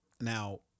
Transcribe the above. Now